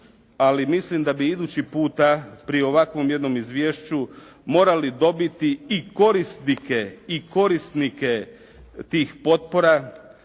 ali mislim da bi idući puta pri ovakvom jednom izvješću morali dobiti i korisnike tih potpora